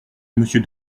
monsieur